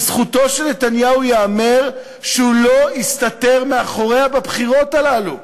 לזכותו של נתניהו ייאמר שהוא לא הסתתר מאחוריה בבחירות הללו.